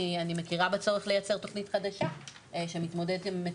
אני מכירה בצורך לייצר תוכנית חדשה שמתמודדת עם המציאות.